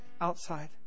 outside